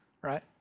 right